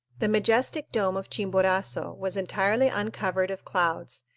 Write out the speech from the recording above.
the majestic dome of chimborazo was entirely uncovered of clouds,